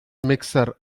mixer